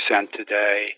today